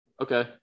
Okay